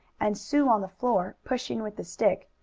and sue, on the floor, pushing with the stick,